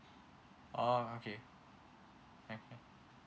oh okay okay